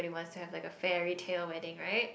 we must have like a fairy tale wedding right